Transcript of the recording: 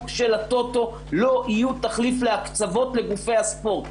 של הטוטו לא יהיו תחליף להקצבות לגופי הספורט.